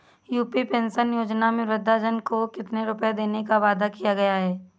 UP pension योजना में वृद्धजन को कितनी रूपये देने का वादा किया गया है?